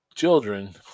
children